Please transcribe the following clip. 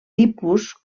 tipus